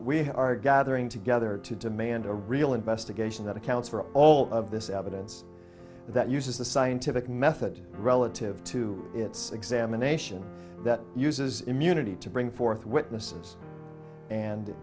we are gathering together to demand a real investigation that accounts for all of this evidence that uses the scientific method relative to its examination that uses immunity to bring forth witnesses and